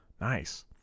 nice